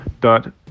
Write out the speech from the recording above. dot